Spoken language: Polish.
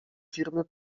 firmy